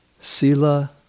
sila